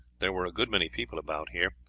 there were a good many people about here.